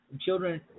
Children